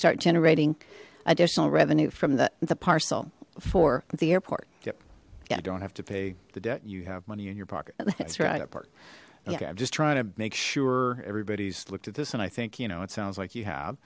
start generating additional revenue from the the parcel for the airport yep yeah i don't have to pay the debt you have money in your pocket right apart okay i'm just trying to make sure everybody's looked at this and i think you know it sounds like you have